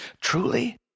Truly